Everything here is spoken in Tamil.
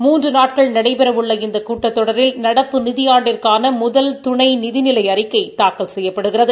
மூன்று நாட்கள் நடைபெறவுள்ள இந்த கூட்டத்தொடரில் நடப்பு நிதியாண்டிற்காள முதல் துணை நிதிநிலை அறிக்கை தாக்கல் செய்யப்படுகிறது